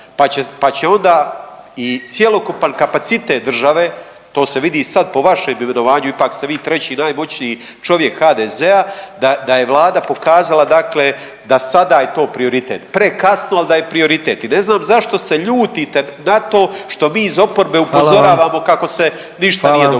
pa će onda i cjelokupan kapacitet države, to se vidi sad po vašem imenovanju, ipak ste vi 3. najmoćniji čovjek HDZ-a, da je Vlada pokazala dakle da sada je to prioritet. Prekasno, ali da je prioritet i ne znam zašto se ljutite na to što mi iz oporbe upozoravamo .../Upadica: Hvala